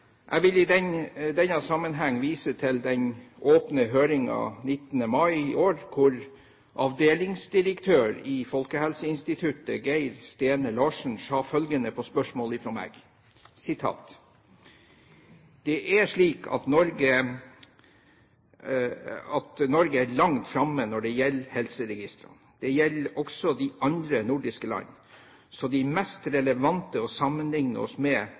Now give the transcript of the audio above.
Jeg vil i denne sammenheng vise til den åpne høringen 19. mai i år, hvor avdelingsdirektør i Folkehelseinstituttet Geir Stene-Larsen sa følgende, på spørsmål fra meg: «Det er slik at Norge er langt framme når det gjelder helseregistre. Det gjelder også de andre nordiske landene, så de mest relevante å sammenligne med